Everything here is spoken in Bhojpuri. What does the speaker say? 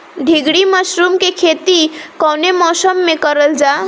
ढीघरी मशरूम के खेती कवने मौसम में करल जा?